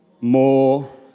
more